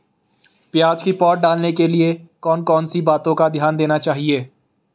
प्याज़ की पौध डालने के लिए कौन कौन सी बातों का ध्यान देना चाहिए?